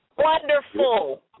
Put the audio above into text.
Wonderful